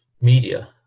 media